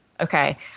Okay